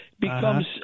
becomes